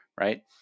right